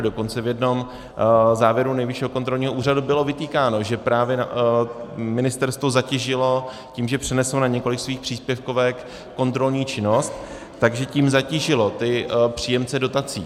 Dokonce v jednom závěru Nejvyššího kontrolního úřadu bylo vytýkáno, že právě ministerstvo zatížilo tím, že přeneslo na několik svých příspěvkovek kontrolní činnost, tak že tím zatížilo ty příjemce dotací.